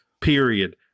period